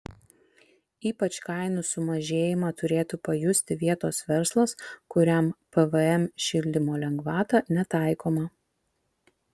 ypač kainų sumažėjimą turėtų pajusti vietos verslas kuriam pvm šildymo lengvata netaikoma